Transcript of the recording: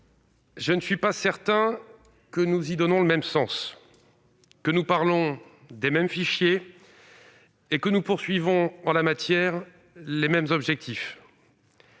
je ne suis pas certain que nous donnions le même sens à cet intitulé, que nous parlions des mêmes fichiers et que nous visions, en la matière, les mêmes objectifs.